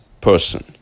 person